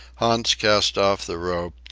hans cast off the rope,